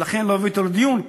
ולכן לא הביאו את זה לדיון,